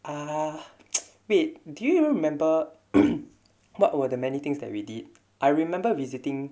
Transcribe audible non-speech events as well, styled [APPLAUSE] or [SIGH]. ah wait do you remember [COUGHS] what were the many things that we did I remembered visiting